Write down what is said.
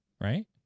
right